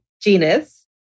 Genus